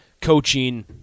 coaching